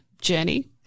journey